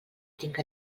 tinc